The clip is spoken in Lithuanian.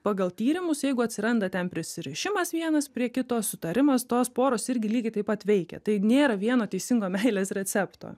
pagal tyrimus jeigu atsiranda ten prisirišimas vienas prie kito sutarimas tos poros irgi lygiai taip pat veikia tai nėra vieno teisingo meilės recepto